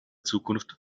zukunft